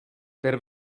der